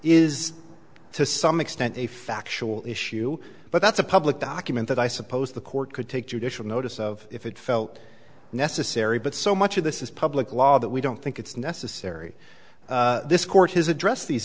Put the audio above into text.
is to some extent a factual issue but that's a public document that i suppose the court could take judicial notice of if it felt necessary but so much of this is public law that we don't think it's necessary this court has address these